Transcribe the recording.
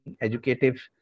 educative